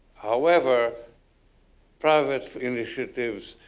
however private initiatives